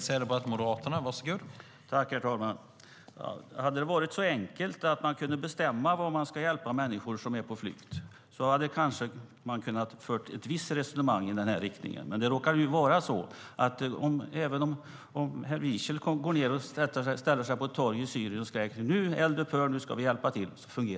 Herr talman! Hade det varit så enkelt att man kunde bestämma var man ska hjälpa människor som är på flykt hade man kanske kunnat föra ett resonemang i den här riktningen. Men det råkar ju vara så det inte fungerar även om herr Wiechel går och ställer sig på ett torg i Syrien och skriker: Eld upphör! Nu ska vi hjälpa till.